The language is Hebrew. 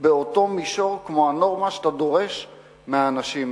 באותו מישור כמו הנורמה שאתה דורש מהאנשים האלה.